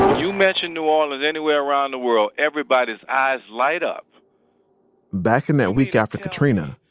you mention new orleans anywhere around the world, everybody's eyes light up back in that week after katrina,